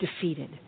defeated